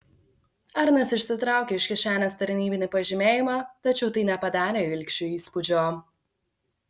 arnas išsitraukė iš kišenės tarnybinį pažymėjimą tačiau tai nepadarė ilgšiui įspūdžio